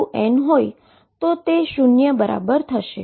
જો m ≠ n હોય તો તે શુન્ય બરાબર થશે